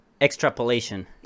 Extrapolation